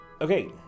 okay